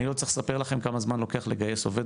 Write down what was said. אני לא צריך לספר לכם כמה זמן לוקח לגייס עובד